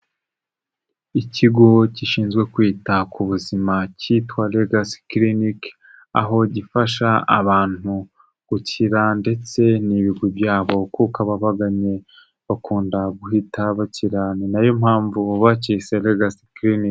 Ikigo gishinzwe kwita ku buzima cyitwa Legacy Clinic. Aho gifasha abantu gukira ndetse n'ibigwi byabo kuko ababaganye bakunda guhita bakira, ni nayo mpamvu bakise Legacy Clinic.